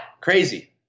crazy